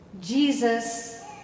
Jesus